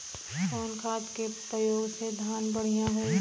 कवन खाद के पयोग से धान बढ़िया होई?